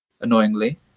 annoyingly